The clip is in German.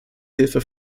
hilfe